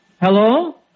Hello